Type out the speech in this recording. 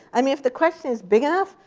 i mean, if the question is big enough,